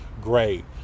great